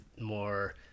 more